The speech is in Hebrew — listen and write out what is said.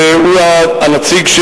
שהוא הנציג,